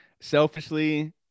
selfishly